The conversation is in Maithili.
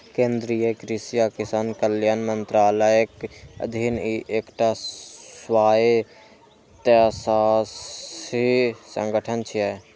केंद्रीय कृषि आ किसान कल्याण मंत्रालयक अधीन ई एकटा स्वायत्तशासी संगठन छियै